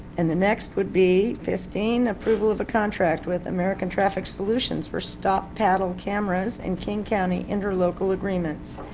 and the next would be fifteen, approval of contract with american traffic solutions four stop paddle cameras in king county interlocal agreements.